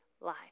lie